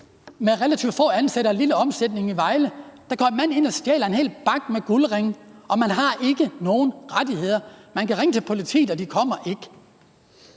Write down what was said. med relativt få ansatte og en lille omsætning i Vejle. Der går en mand ind og stjæler en hel bakke med guldringe. Man har ikke nogen rettigheder. Man kan ringe til politiet, og de kommer ikke.